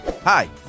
hi